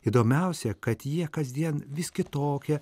įdomiausia kad jie kasdien vis kitokie